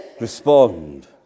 respond